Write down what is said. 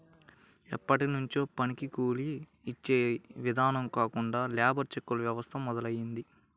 ఎప్పట్నుంచో పనికి కూలీ యిచ్చే ఇదానం కాకుండా లేబర్ చెక్కుల వ్యవస్థ మొదలయ్యింది